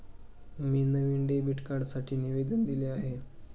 मी नवीन डेबिट कार्डसाठी निवेदन दिले आहे